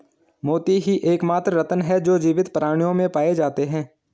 मोती ही एकमात्र रत्न है जो जीवित प्राणियों में पाए जाते है